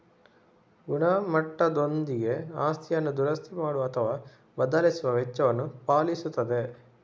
ಗುಣಮಟ್ಟದೊಂದಿಗೆ ಆಸ್ತಿಯನ್ನು ದುರಸ್ತಿ ಮಾಡುವ ಅಥವಾ ಬದಲಿಸುವ ವೆಚ್ಚವನ್ನು ಪಾವತಿಸುತ್ತದೆ